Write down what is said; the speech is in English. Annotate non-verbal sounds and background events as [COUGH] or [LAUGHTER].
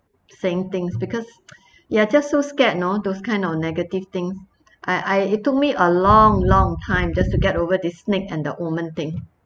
same things because [NOISE] just so scared you know those kind of negative things I I it took me a long long time just to get over this snake and the woman thing